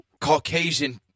Caucasian